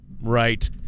right